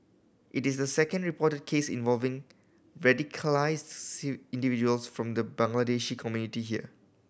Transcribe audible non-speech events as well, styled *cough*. it is the second reported case involving radical *unintelligible* individuals from the Bangladeshi community here